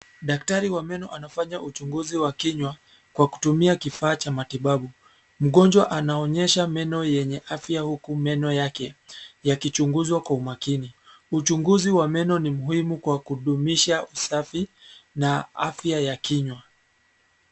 Daktari wa meno anafanya uchunguzi wa kinywa kwa kutumia kifaa cha matibabu. Mgonjwa anaonyesha meno yenye afya huku meno yake yakichunguzwa kwa umakini. Uchunguzi wa meno ni muhimu kwa kudumisha usafi na afya ya kinywa.